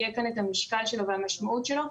יהיה כאן את המשקל שלו והמשמעות שלו.